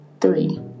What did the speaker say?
Three